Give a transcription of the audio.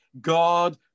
God